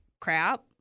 crap